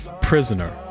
Prisoner